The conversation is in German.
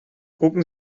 gucken